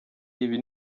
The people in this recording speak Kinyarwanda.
ibi